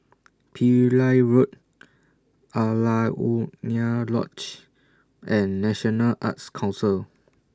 Pillai Road Alaunia Lodge and National Arts Council